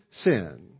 sin